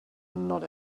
not